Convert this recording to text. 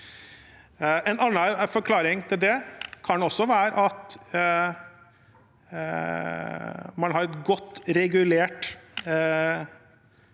En annen forklaring på det kan være at man har et godt regulert